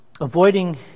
avoiding